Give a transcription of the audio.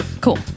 cool